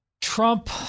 Trump